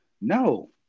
No